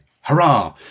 Hurrah